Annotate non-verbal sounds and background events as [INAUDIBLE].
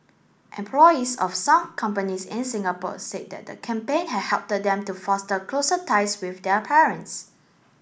employees of some companies in Singapore said that the campaign has help [UNINTELLIGIBLE] them to foster closer ties with their parents